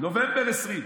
נובמבר 2020: